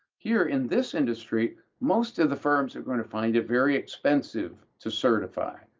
here in this industry most of the firms are going to find it very expensive to certify.